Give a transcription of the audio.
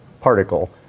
Particle